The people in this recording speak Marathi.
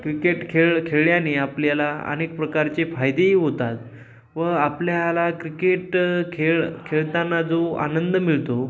क्रिकेट खेळ खेळल्याने आपल्याला अनेक प्रकारचे फायदेही होतात व आपल्याला क्रिकेट खेळ खेळताना जो आनंद मिळतो